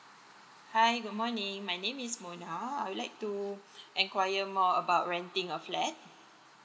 hi good morning my name is mona I would like to enquire more about renting a flat